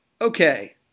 okay